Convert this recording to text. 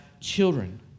children